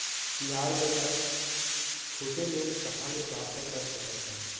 तिहार बर मै छोटे लोन कहाँ ले प्राप्त कर सकत हव?